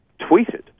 tweeted